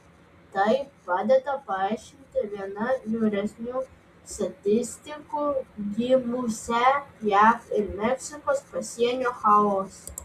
tai padeda paaiškinti vieną niūresnių statistikų gimusią jav ir meksikos pasienio chaose